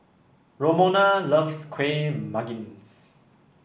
Romona loves Kueh Manggis